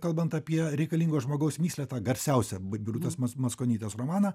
kalbant apie reikalingo žmogaus mįslę tą garsiausią birutės mackonytės romaną